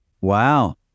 Wow